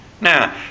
Now